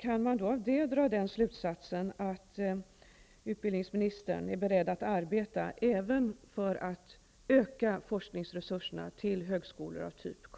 Kan man av detta dra slutsatsen att utbildningsministern är beredd att arbeta även för att öka forskningsresurserna till högskolor av typ högskolan i